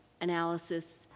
analysis